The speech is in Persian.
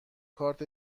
کارت